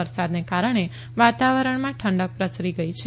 વરસાદને કારણે વાતાવરણમાં ઠંડક પ્રસરી ગઇ છે